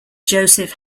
joseph